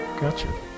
Gotcha